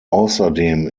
außerdem